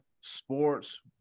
sports